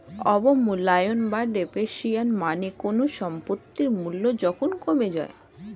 অবমূল্যায়ন বা ডেপ্রিসিয়েশন মানে কোনো সম্পত্তির মূল্য যখন কমে যায়